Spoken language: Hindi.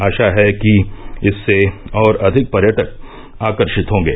आशा है कि इससे और अधिक पर्यटक आकर्षित होंगे